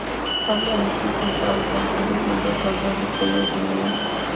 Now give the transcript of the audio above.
हम एम्की के साल कर के रूप में दस हज़ार रुपइया देलियइ